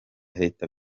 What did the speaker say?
leta